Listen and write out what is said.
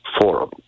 Forum